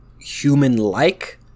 human-like